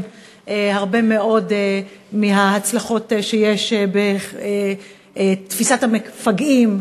הרבה מאוד מההצלחות שיש בתפיסת המפגעים,